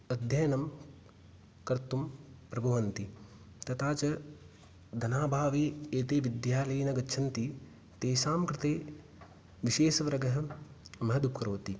अध्ययनं कर्तुं प्रभवन्ति तथा च धनाभावे एते विद्यालये न गच्छन्ति तेषां कृते विशेषवर्गः महद् उपकरोति